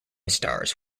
stars